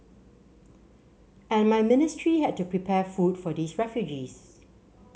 and my ministry had to prepare food for these refugees